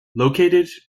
located